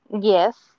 Yes